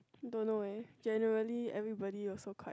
don't know eh generally everybody also quite